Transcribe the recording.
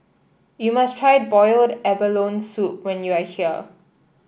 you must try Boiled Abalone Soup when you are here